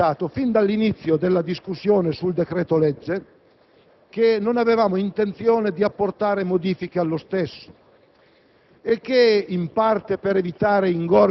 la trasparenza, abbiamo annunciato, fin dall'inizio della discussione sul decreto-legge, che non avevamo intenzione di apportare modifiche allo stesso